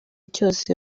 cyose